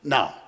Now